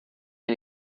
ait